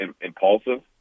impulsive